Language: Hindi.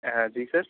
हाँ जी सर